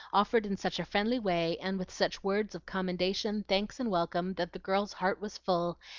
offered in such a friendly way, and with such words of commendation, thanks, and welcome, that the girl's heart was full,